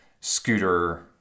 scooter